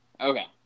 Okay